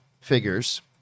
figures